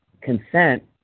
consent